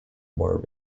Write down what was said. more